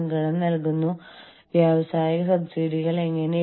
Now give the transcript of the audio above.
ഇതിന് മറ്റൊരു കാരണം കുടിയേറ്റമാണ്